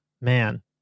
man